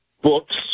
books